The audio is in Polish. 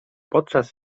podczas